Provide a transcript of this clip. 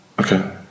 Okay